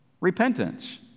Repentance